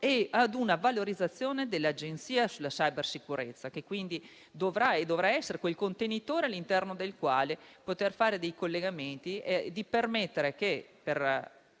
e di valorizzazione dell'Agenzia sulla cybersicurezza, che quindi dovrà essere il contenitore all'interno del quale fare collegamenti tali da permettere che, per